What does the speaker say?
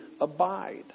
abide